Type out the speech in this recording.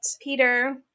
Peter